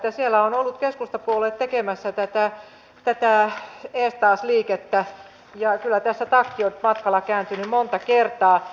että siellä on ollut keskustapuolue tekemässä tätä eestaas liikettä ja kyllä tässä takki on matkalla kääntynyt monta kertaa